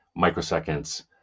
microseconds